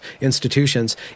institutions